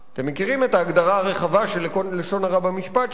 אתם מכירים את ההגדרה הרחבה של לשון הרע במשפט שלנו,